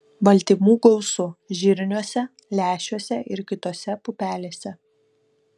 baltymų gausu žirniuose lęšiuose ir kitose pupelėse